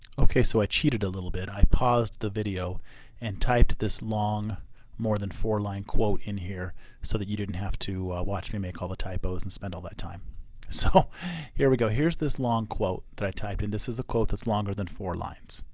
okay so i cheated a little bit i paused the video and typed this long more than four line quote in here so that you didn't have to watch me make all the typos and spend all that time so here we go, here's this long quote that i typed in, this is a quote that's longer than four lines.